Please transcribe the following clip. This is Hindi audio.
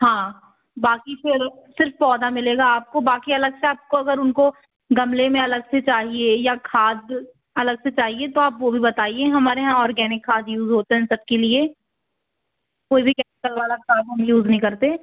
हाँ बाक़ी फिर सिर्फ़ पौधा मिलेगा आपको बाक़ी अलग से आपको अगर उनको गमले में अलग से चाहिए या खाद अलग से चाहिए तो आप वो भी बताइए हमारे यहाँ ऑर्गेनिक खाद यूज़ होती है सब के लिए कोई भी कैमिकल वाला खाद हम यूज़ नहीं करते